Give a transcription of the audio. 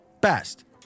Best